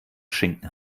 schinken